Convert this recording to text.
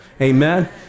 amen